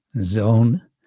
zone